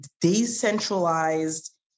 decentralized